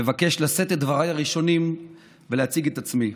מבקש לשאת את דבריי הראשונים ולהציג את עצמי,